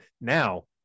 Now